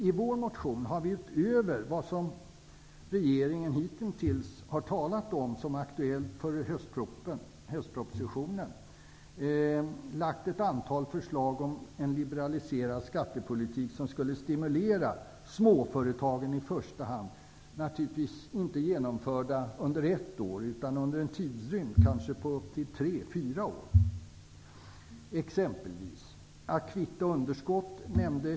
I vår motion har vi utöver vad regeringen hittills har talat om som aktuellt för höstpropositionen lagt fram ett antal förslag om en liberaliserad skattepolitik som skulle stimulera i första hand småföretagen. De skulle naturligtvis inte genomföras under ett år utan under en tidsrymd av kanske upp till tre fyra år. Johansson här.